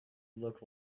look